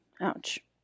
ouch